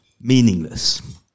meaningless